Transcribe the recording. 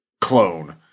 clone